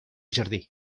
jardí